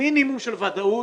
מינימום של ודאות